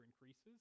increases